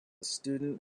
student